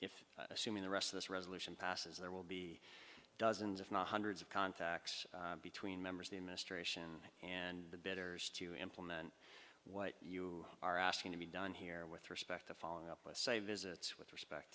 and if assuming the rest of this resolution passes there will be dozens if not hundreds of contacts between members the administration and the betters to implement what you are asking to be done here with respect to following up with say visits with respect